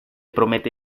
promete